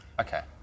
Okay